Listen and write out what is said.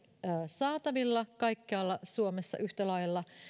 saatavilla kaikkialla suomessa yhtä lailla